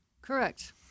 Correct